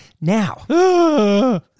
Now